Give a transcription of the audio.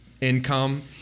income